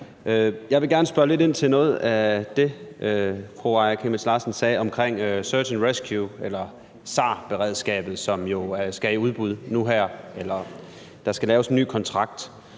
Jeg vil gerne spørge lidt ind til noget af det, fru Aaja Chemnitz Larsen sagde om Search and Rescue eller SAR-beredskabet, som skal i udbud nu her, hvor der skal laves ny kontrakt.